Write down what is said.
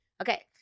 Okay